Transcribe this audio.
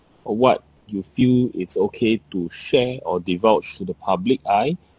what you feel it's okay to share or divulge to the public eye